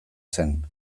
zen